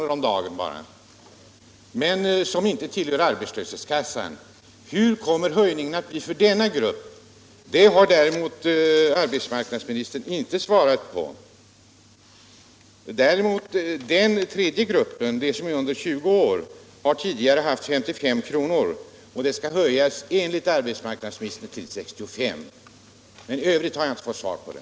om dagen men som inte tillhör arbetslöshetskassan. Hur kommer höjningen att bli för denna grupp? Det har däremot arbetsmarknadsministern inte svarat på. Den tredje gruppen, de som är under 20 år, har tidigare haft 55 kr., och det beloppet skall enligt arbetsmarknadsministern höjas till 65 kr. I övrigt har jag inte fått något svar.